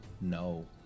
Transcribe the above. No